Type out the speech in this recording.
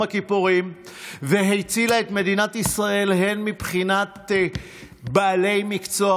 הכיפורים והצילה את מדינת ישראל מבחינת בעלי מקצוע,